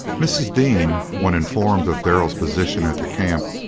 mrs. dean, when informed of darrell's position at the camp,